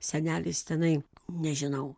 senelis tenai nežinau